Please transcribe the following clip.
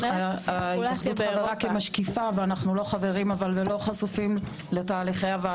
ההתאחדות- -- כמשקיפה ואנו לא חברים ולא חשופים לתהליכי הוועדות-